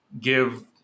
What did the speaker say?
give